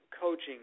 coaching